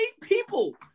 people